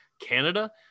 Canada